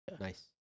Nice